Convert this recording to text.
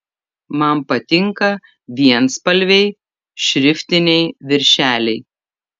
man patinka vienspalviai šriftiniai viršeliai